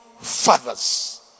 fathers